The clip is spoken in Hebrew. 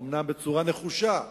אומנם בצורה נחושה,